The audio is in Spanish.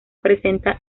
presenta